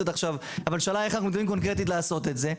עכשיו איך אנחנו מתכוונים קונקרטית לעשות את זה?